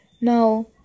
Now